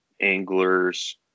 anglers